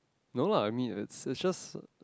no lah I mean it's it's just